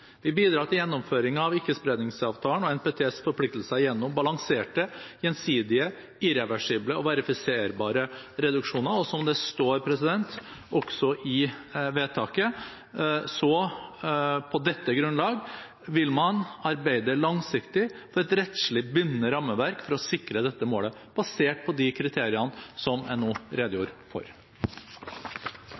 Vi bidrar til gjennomføring av Ikkespredningsavtalens – NTP – forpliktelser gjennom balanserte, gjensidige, irreversible og verifiserbare reduksjoner, og som det står, også i vedtaket, vil man «på dette grunnlaget arbeide langsiktig for et rettslig bindende rammeverk for å sikre dette målet» – basert på de kriteriene som jeg nå redegjorde for.